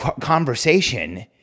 conversation